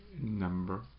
number